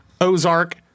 Ozark